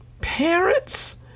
Parents